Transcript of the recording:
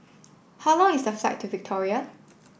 how long is the flight to Victoria